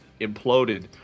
imploded –